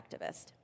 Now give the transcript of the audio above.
activist